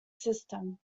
system